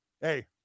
hey